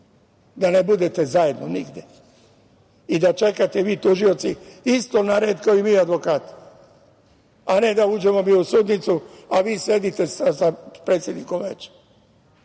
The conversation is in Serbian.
da ne budete zajedno nigde i da čekate vi tužioci isto na red kao i vi advokati, a ne da uđemo mi u sudnicu, a vi sedite već sa predsednikom.